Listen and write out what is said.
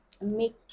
make